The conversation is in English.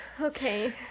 Okay